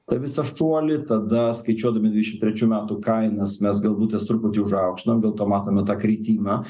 tą visą šuolį tada skaičiuodami dvidešim trečių metų kainas mes galbūt jas truputį užaukštinom dėlto matome tą kritimą